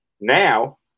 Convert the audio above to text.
Now